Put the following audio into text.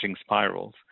spirals